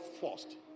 first